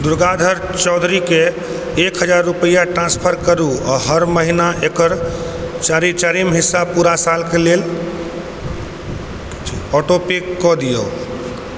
दुर्गाधर चौधरीकेँ एक हजार रूपैआ ट्रांस्फर करू आ हर महिना एकर चारिम हिस्सा पूरा सालक लेल ऑटोपे कऽ दियौ